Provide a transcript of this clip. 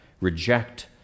reject